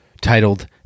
titled